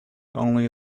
only